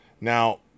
Now